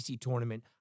tournament